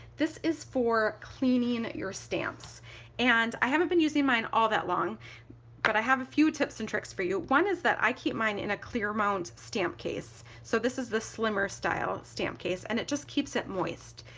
this is for cleaning your stamps and i haven't been using mine all that long but i have a few tips and tricks for you. one is that i keep mine in a clear mount stamp case so this is the slimmer style stamp case and it just keeps it moist.